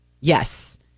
Yes